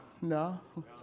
No